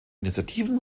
initiativen